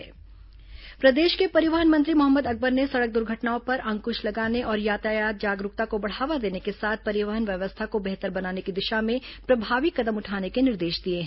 परिवहन मंत्री बयान प्रदेश के परिवहन मंत्री मोहम्मद अकबर ने सड़क दुर्घटनाओं पर अंकुश लगाने और यातायात जागरूकता को बढ़ावा देने के साथ परिवहन व्यवस्था को बेहतर बनाने की दिशा में प्रभावी कदम उठाने के निर्देश दिए हैं